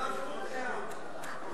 גיבשנו דעה.